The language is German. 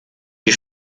die